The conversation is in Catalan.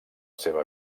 seva